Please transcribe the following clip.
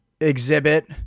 exhibit